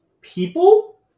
people